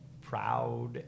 proud